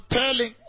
telling